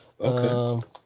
Okay